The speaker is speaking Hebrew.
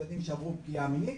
ילדים שעברו פגיעה מינית